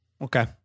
okay